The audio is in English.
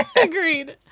i agreed.